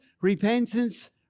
repentance